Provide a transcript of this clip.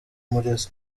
muri